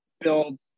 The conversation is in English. build